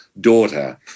daughter